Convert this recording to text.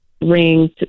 ring